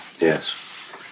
Yes